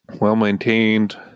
well-maintained